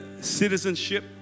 citizenship